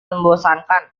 membosankan